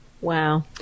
Wow